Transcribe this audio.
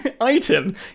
item